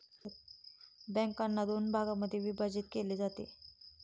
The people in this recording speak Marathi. बँकांना दोन भागांमध्ये विभाजित केले जाते